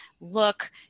Look